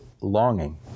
longing